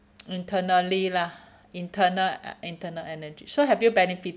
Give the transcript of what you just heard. internally lah internal internal energy so have you benefit